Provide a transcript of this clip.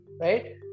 right